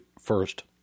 first